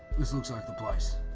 this looks like the place.